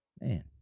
Man